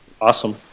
Awesome